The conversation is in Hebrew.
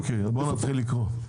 אוקיי, בואו נתחיל לקרוא.